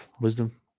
wisdom